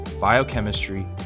biochemistry